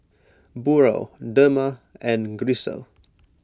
Burrell Dema and Grisel